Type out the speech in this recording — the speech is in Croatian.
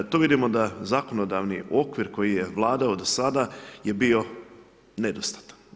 To vidimo da zakonodavni okvir koji je vlada do sada je bilo nedostatan.